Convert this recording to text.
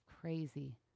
crazy